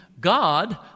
God